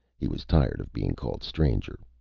he was tired of being called stranger.